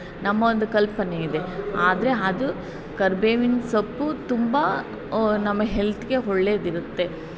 ನಮ್ಮ ಒಂದು ಕಲ್ಪನೆಯಿದೆ ಆದರೆ ಅದು ಕರ್ಬೇವಿನ ಸೊಪ್ಪು ತುಂಬ ನಮ್ಮ ಹೆಲ್ತಿಗೆ ಒಳ್ಳೆದಿರುತ್ತೆ